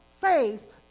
faith